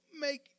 make